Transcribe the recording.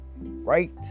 right